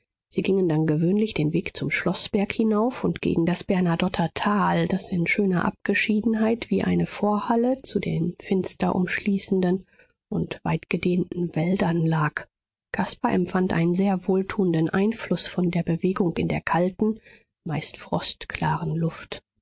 sie gingen dann gewöhnlich den weg zum schloßberg hinauf und gegen das bernadotter tal das in schöner abgeschiedenheit wie eine vorhalle zu den finster umschließenden und weitgedehnten wäldern lag caspar empfand einen sehr wohltuenden einfluß von der bewegung in der kalten meist frostklaren luft